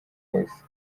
bose